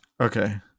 Okay